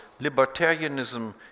libertarianism